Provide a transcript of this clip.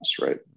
right